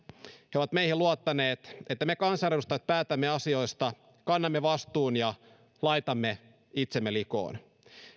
he ovat meihin luottaneet että me kansanedustajat päätämme asioista kannamme vastuun ja laitamme itsemme likoon